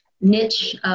niche